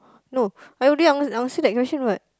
no I already an~ answer that question [what]